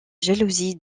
jalousie